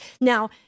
Now